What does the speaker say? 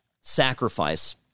sacrifice